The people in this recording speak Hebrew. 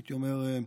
הייתי אומר,